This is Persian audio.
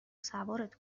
سوارت